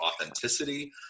authenticity